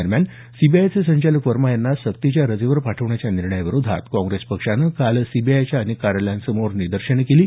दरम्यान सीबीआयचे संचालक वर्मा यांना सक्तीच्या रजेवर पाठवण्याच्या निर्णयाविरोधात काँग्रेस पक्षानं काल सीबीआयच्या अनेक कार्यालयांसमोर निदर्शनं केली